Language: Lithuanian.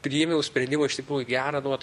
priėmiau sprendimą iš tikrųjų gerą nu vat